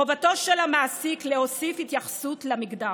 חובתו של המעסיק להוסיף התייחסות למגדר